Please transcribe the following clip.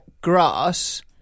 grass